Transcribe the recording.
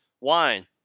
Wine